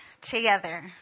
together